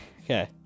okay